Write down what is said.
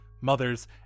mothers